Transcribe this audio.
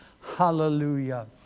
Hallelujah